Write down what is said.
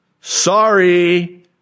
Sorry